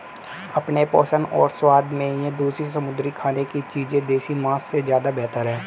अपने पोषण और स्वाद में ये दूसरी समुद्री खाने की चीजें देसी मांस से ज्यादा बेहतर है